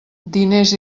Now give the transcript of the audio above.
diners